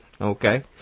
Okay